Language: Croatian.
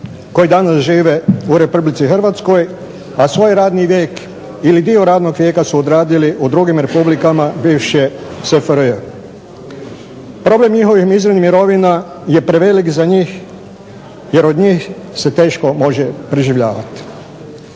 koji žive u Republici Hrvatskoj a svoj radni vijek ili dio radnog vijeka su odradili u drugim republikama bivše SFRJ. Problem njihovih mizernih mirovina je prevelik za njih, jer od njih se teško može preživljavati.